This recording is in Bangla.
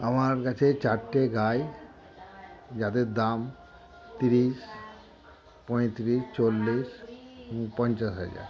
আমার কাছে চারটে গাই যাদের দাম তিরিশ পঁয়ত্রিশ চল্লিশ এবং পঞ্চাশ হাজার